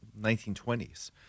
1920s